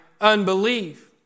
unbelief